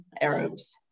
Arabs